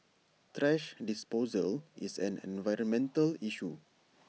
thrash disposal is an environmental issue